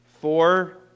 four